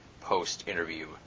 post-interview